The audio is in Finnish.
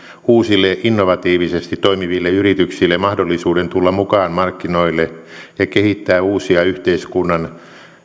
uusille innovatiivisesti toimiville yrityksille mahdollisuuden tulla mukaan markkinoille ja kehittää uusia yhteiskunnan